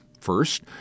First